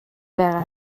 байгаа